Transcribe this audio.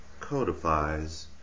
codifies